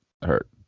Hurt